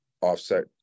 offset